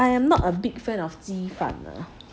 I am not a big fan of 鸡饭